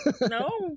No